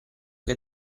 che